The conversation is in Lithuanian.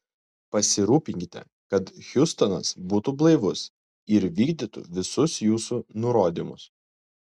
pasirūpinkite kad hiustonas būtų blaivus ir vykdytų visus jūsų nurodymus